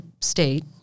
state